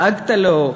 לעגת לו,